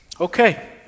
Okay